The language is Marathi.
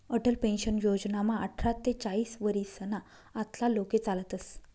अटल पेन्शन योजनामा आठरा ते चाईस वरीसना आतला लोके चालतस